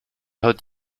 hört